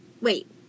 wait